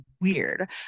weird